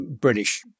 British